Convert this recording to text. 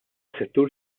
settur